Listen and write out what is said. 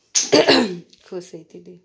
ଖୁସ୍ ହେଇଥିଲେ